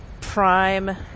prime